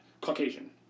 Caucasian